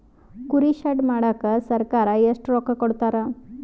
ಕುರಿ ಶೆಡ್ ಮಾಡಕ ಸರ್ಕಾರ ಎಷ್ಟು ರೊಕ್ಕ ಕೊಡ್ತಾರ?